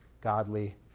godly